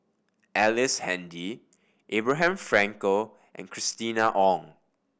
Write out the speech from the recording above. Ellice Handy Abraham Frankel and Christina Ong